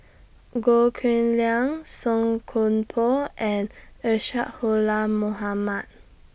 Goh Cheng Liang Song Koon Poh and Isadhora Mohamed